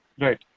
Right